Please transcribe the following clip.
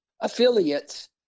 affiliates